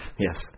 Yes